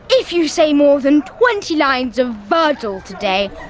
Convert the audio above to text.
if you say more than twenty lines of virgil today,